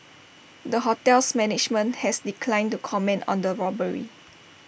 the hotel's management has declined to comment on the robbery